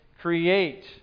create